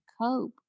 cope